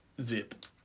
Zip